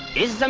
is um